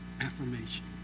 affirmation